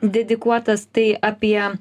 dedikuotas tai apie